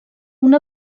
una